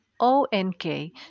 ONK